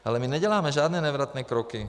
Ale my neděláme žádné nevratné kroky.